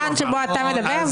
זמן שבו אתה מדבר,